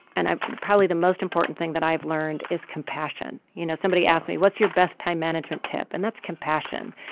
and i'm probably the most important thing that i've learned is compassion. you know somebody asked me what's your best time management tip and that's compassion.